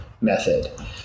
method